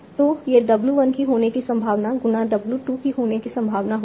तो यह w 1 की होने की संभावना गुना w 2 की होने की संभावना होगी